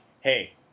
hey